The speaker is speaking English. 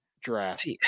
draft